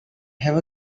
have